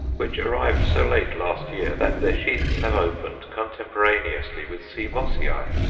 which arrived so late last year that their sheaths have opened contemporaneously with c. mossiae.